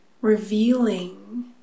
revealing